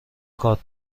کارت